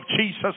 Jesus